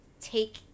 take